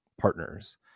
partners